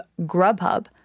Grubhub